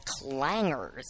Clangers